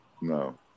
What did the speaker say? No